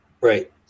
Right